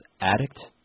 addict